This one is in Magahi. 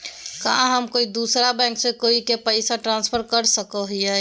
का हम कोई दूसर बैंक से कोई के पैसे ट्रांसफर कर सको हियै?